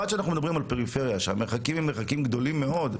כשאנחנו מדברים על פריפריה שהמרחקים גדולים מאוד.